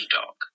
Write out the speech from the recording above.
dog